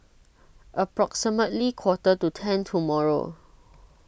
approximately quarter to ten tomorrow